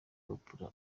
oprah